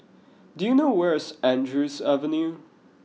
do you know where is Andrews Avenue